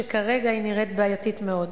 שכרגע היא נראית בעייתית מאוד.